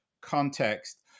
context